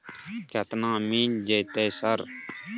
केतना मिल जेतै सर?